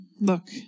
look